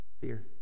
fear